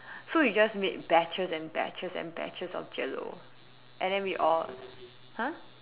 so we just make batches and batches and batches of jello and then we all !huh!